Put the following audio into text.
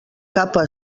capa